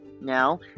Now